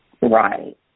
Right